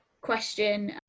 question